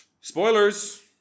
spoilers